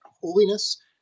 holiness